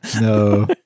No